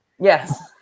Yes